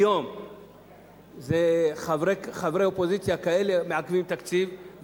היום חברי אופוזיציה כאלה מעכבים תקציב,